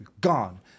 gone